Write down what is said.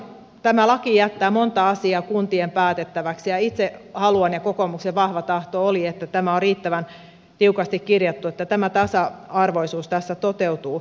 tämä laki jättää monta asiaa kuntien päätettäväksi ja itse haluan ja kokoomuksen vahva tahto oli että tämä on riittävän tiukasti kirjattu että tämä tasa arvoisuus tässä toteutuu